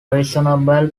reasonable